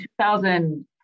2000